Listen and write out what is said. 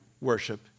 worship